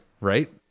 Right